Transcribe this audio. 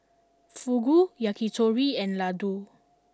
Fugu Yakitori and Ladoo